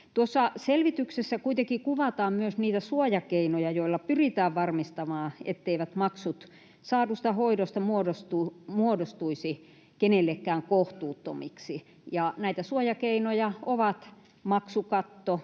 selvityksessä kuitenkin kuvataan myös niitä suojakeinoja, joilla pyritään varmistamaan, etteivät maksut saadusta hoidosta muodostuisi kenellekään kohtuuttomiksi. Näitä suojakeinoja ovat maksukatto,